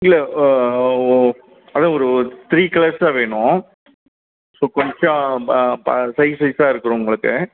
இல்லை அதுதான் ஒரு ஒரு த்ரீ கலர்ஸ் தான் வேணும் ஸோ கொஞ்சம் பா பா சைஸ் சைஸாக இருக்கிறவங்களுக்கு